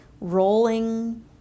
rolling